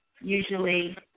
usually